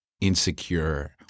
insecure